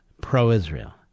pro-Israel